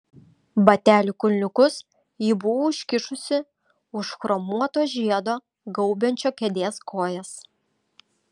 batelių kulniukus ji buvo užkišusi už chromuoto žiedo gaubiančio kėdės kojas